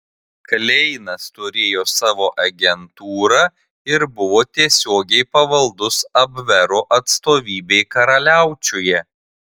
kleinas turėjo savo agentūrą ir buvo tiesiogiai pavaldus abvero atstovybei karaliaučiuje